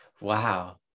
Wow